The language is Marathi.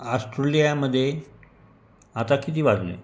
ऑस्ट्रेलियामधे आता किती वाजले